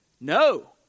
No